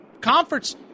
conference